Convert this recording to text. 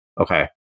Okay